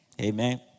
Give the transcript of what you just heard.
Amen